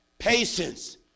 patience